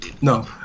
No